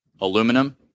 aluminum